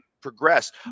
progress